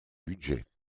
budget